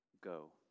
Go